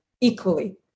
equally